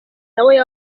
nawe